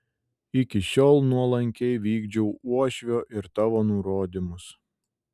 iki šiol nuolankiai vykdžiau uošvio ir tavo nurodymus